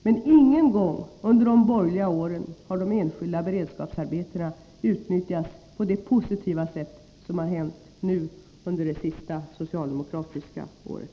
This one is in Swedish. Men ingen gång under de borgerliga åren har de enskilda beredskapsarbetena utnyttjats på det positiva sätt som skett under det senaste, socialdemokratiska året.